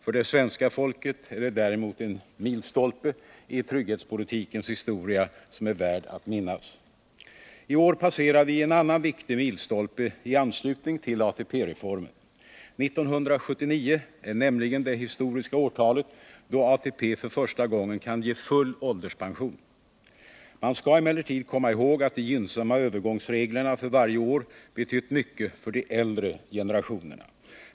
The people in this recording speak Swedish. För det svenska folket är det däremot en milstolpe i trygghetspolitikens historia som är värd att minnas. I år passerar vi en annan viktig milstolpe i anslutning till ATP-reformen. 1979 är nämligen det historiska årtal då ATP för första gången kan ge full ålderspension. Man skall emellertid komma ihåg att de gynnsamma övergångsreglerna för varje år betytt mycket för de äldre generationerna.